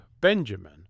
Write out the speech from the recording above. Benjamin